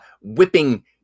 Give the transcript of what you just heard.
whipping